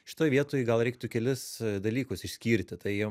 šitoj vietoj gal reiktų kelis dalykus išskirti tai